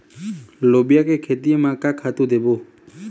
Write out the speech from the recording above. लोबिया के खेती म का खातू देबो?